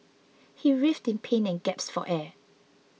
he writhed in pain and gaps for air